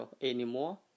anymore